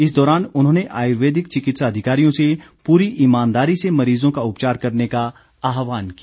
इस दौरान उन्होंने आयुर्वेदिक चिकित्सा अधिकारियों से पूरी ईमानदारी से मरीजों का उपचार करने का आह्वान किया